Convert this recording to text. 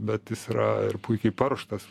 bet jis yra ir puikiai paruoštas